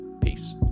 Peace